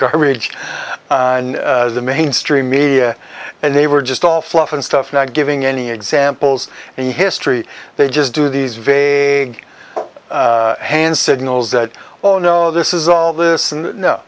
garbage the mainstream media and they were just all fluff and stuff not giving any examples and history they just do these vague hand signals that all know this is all this and no